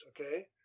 okay